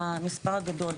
המספר גדול,